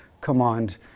command